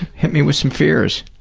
hit me with some fears.